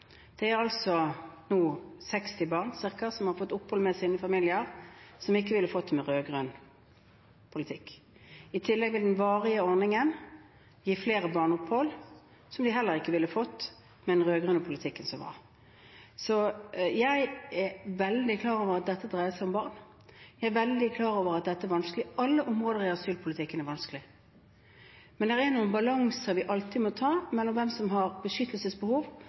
fått opphold, med sine familier, som ikke ville fått det med rød-grønn politikk. I tillegg vil den varige ordningen gi flere barn opphold, som de heller ikke ville fått med den rød-grønne politikken som var. Jeg er veldig klar over at dette dreier seg om barn, jeg er veldig klar over at dette er vanskelig – alle områder i asylpolitikken er vanskelig. Men det er nå en balanse vi alltid må se på, mellom hvem som har beskyttelsesbehov,